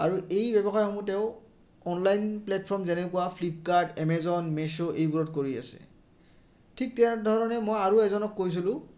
আৰু এই ব্যৱসায়সমূহতেও অনলাইন প্লেটফৰ্ম যেনেকুৱা ফ্লিপকাৰ্ট এমেজন মেছ' এইবোৰত কৰি আছে ঠিক তেনেধৰণে মই আৰু এজনক কৈছিলোঁ